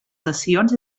sessions